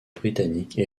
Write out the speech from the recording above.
britannique